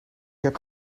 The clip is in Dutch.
heb